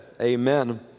Amen